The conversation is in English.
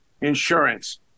insurance